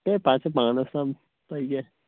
ہے پَتہٕ چھِ پانَس تام تۄہہِ کیٛاہ